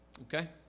Okay